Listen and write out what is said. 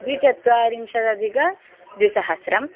द्विचत्वारिंशत्यधिकद्विसहस्रम्